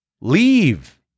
Leave